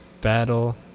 Battle